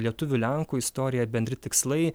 lietuvių lenkų istorija bendri tikslai